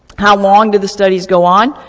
how long did the studies go on?